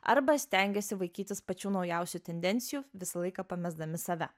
arba stengiasi vaikytis pačių naujausių tendencijų visą laiką pamesdami save